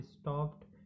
stopped